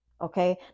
okay